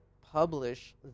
publish